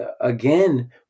again